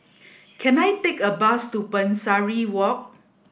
can I take a bus to Pesari Walk